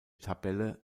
tabelle